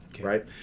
Right